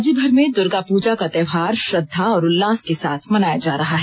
राज्यभर में दुर्गा पूजा का त्योहार श्रद्धा और उल्लास के साथ मनाया जा रहा है